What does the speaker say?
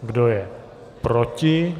Kdo je proti?